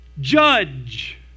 judge